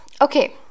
okay